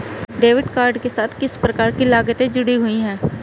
Debit card के साथ किस प्रकार की लागतें जुड़ी हुई हैं?